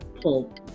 pull